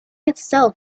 itself